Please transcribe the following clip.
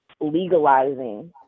legalizing